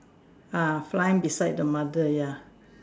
ah flying beside the mother ya